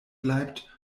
bleibt